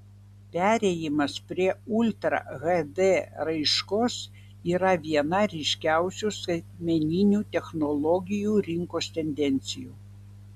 perėjimas prie ultra hd raiškos yra viena ryškiausių skaitmeninių technologijų rinkos tendencijų